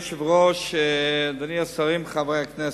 אדוני היושב-ראש, השרים וחברי הכנסת,